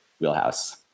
wheelhouse